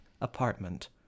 apartment